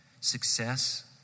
success